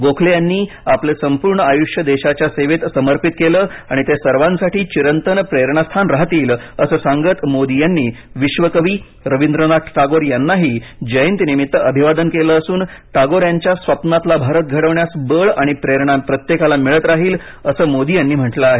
गोखले यांनी आपले संपूर्ण आयुष्य देशाच्या सेवेत समर्पित केले आणि ते सर्वांसाठी चिरंतन प्रेरणास्थान राहतील असं सांगत मोदी यांनी विश्वकवी रवींद्रनाथ टागोर यांनाही जयंतीनिमित्त अभिवादन केलं असून टागोर यांच्या स्वप्नातला भारत घडवण्यास बळ आणि प्रेरणा प्रत्येकाला मिळत राहील असं मोदी यांनी म्हटलं आहे